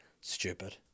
Stupid